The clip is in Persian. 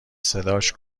صداش